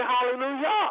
Hallelujah